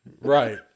right